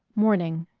morning